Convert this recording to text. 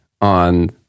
on